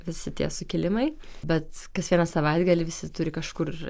visi tie sukilimai bet kas vieną savaitgalį visi turi kažkur